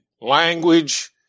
language